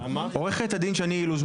עורכת הדין שני אילוז,